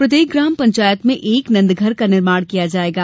प्रत्येक ग्राम पंचायत में एक नंदघर का निर्माण किया जायेगा